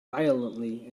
violently